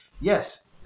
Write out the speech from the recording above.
yes